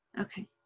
Okay